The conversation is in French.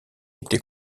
été